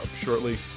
shortly